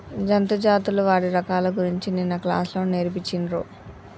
జంతు జాతులు వాటి రకాల గురించి నిన్న క్లాస్ లో నేర్పిచిన్రు